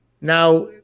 Now